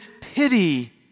pity